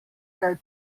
kaj